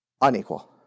unequal